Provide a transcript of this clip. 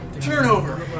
Turnover